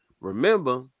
remember